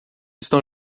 estão